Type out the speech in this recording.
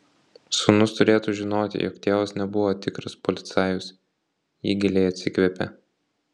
sūnus turėtų žinoti jog tėvas nebuvo tikras policajus ji giliai atsikvėpė